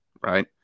Right